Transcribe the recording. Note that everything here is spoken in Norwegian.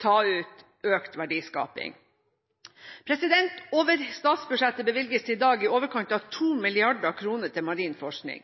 ta ut økt verdiskaping. Over statsbudsjettet bevilges det i dag i overkant av 2 mrd. kr til marin forskning.